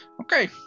Okay